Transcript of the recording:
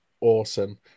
awesome